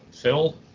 Phil